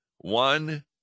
one